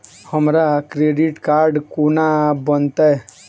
हमरा credit card कोना बनतै?